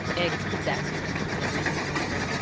exactly, said mrs. munger.